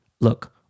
look